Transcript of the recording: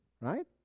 right